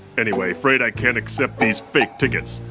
anyway, afraid i can't accept these fake tickets.